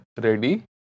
ready